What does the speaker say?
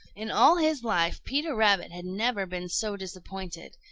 in all his life peter rabbit had never been so disappointed.